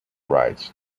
rights